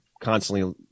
constantly